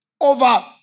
over